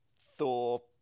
Thor